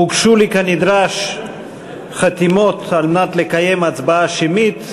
הוגשו לי כנדרש חתימות כדי לקיים הצבעה שמית,